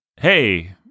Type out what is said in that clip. Hey